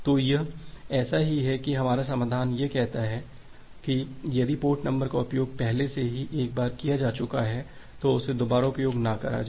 तो यह ऐसा ही है कि हमारा समाधान यह कहता है कि यदि पोर्ट नंबर का उपयोग पहले से ही एक बार किया जा चुका है तो उसे दोबारा उपयाग न करें